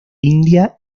india